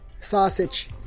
sausage